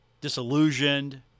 disillusioned